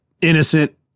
innocent